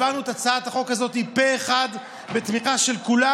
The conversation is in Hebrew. העברנו את הצעת החוק הזאת פה אחד בתמיכה של כולם.